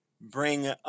bring